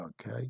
okay